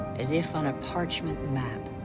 as if on a parchment map,